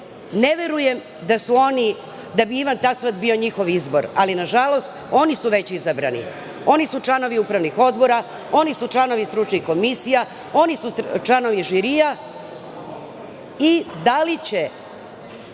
ne verujem da bi Ivan Tasovac bio njihov izbor, ali nažalost oni su već izabrani, oni su članovi upravnih odbora, oni su članovi stručnih komisija, oni su članovi žirija. Da li će